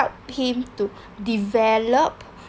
him to develop